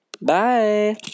Bye